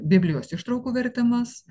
biblijos ištraukų vertimas